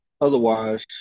Otherwise